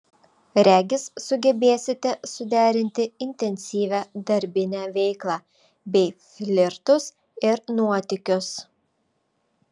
regis sugebėsite suderinti intensyvią darbinę veiklą bei flirtus ir nuotykius